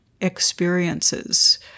experiences